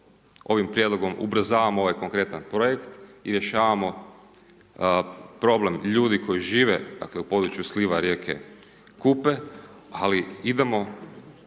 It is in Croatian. ovim prijedlogom ubrzavamo ovaj konkretan projekt i rješavamo problem ljudi koji žive dakle u području sliva rijeke Kupe, ali idemo